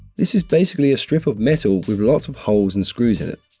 this is basically a strip of metal with lots of holes and screws in it.